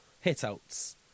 hit-outs